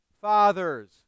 fathers